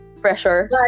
pressure